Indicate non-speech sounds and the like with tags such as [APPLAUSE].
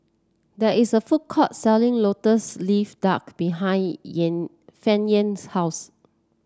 there is a food court selling lotus leaf duck behind [UNINTELLIGIBLE] Fannye's house